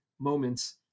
moments